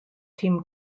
team